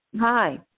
hi